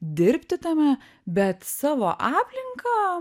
dirbti tame bet savo aplinką